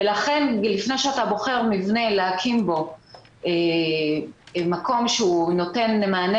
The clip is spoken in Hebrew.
לכן לפני שאתה בוחר מבנה להקים בו מקום שנותן מענה